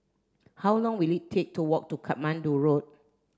how long will it take to walk to Katmandu Road